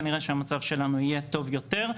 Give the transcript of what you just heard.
כנראה שהמצב שלנו יהיה טוב יותר.